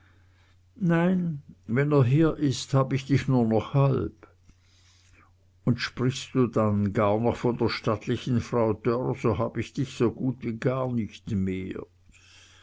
nein wenn er hier ist hab ich dich nur noch halb und sprichst du dann gar noch von der stattlichen frau dörr so hab ich dich so gut wie gar nicht mehr